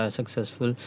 successful